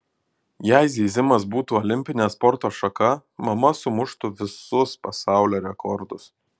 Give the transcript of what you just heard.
jei zyzimas būtų olimpinė sporto šaka mama sumuštų visus pasaulio rekordus